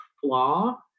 flaw